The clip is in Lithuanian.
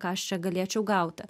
ką aš čia galėčiau gauti